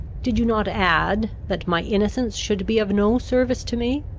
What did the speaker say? did you not add, that my innocence should be of no service to me,